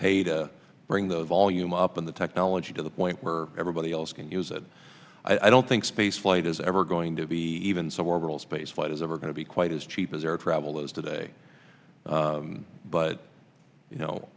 pay to bring the volume up on the technology to the point where everybody else can use it i don't think spaceflight is ever going to be even suborbital space flight is ever going to be quite as cheap as air travel is today but you know